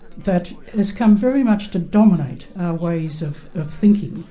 that has come very much to dominate our ways of of thinking